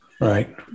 Right